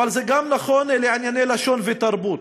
וזה גם נכון לענייני לשון ותרבות.